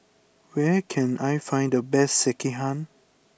where can I find the best Sekihan